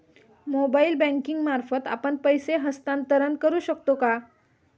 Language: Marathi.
मोबाइल बँकिंग मार्फत आपण पैसे हस्तांतरण करू शकतो का?